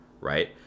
right